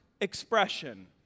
expression